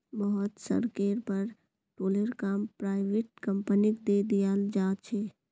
बहुत सड़केर पर टोलेर काम पराइविट कंपनिक दे दियाल जा छे